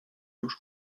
już